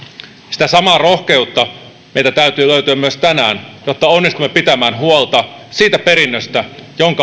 sitä samaa rohkeutta meiltä täytyy löytyä myös tänään jotta onnistumme pitämään huolta siitä perinnöstä jonka